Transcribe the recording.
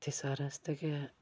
ते सारें आस्तै गै